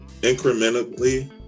incrementally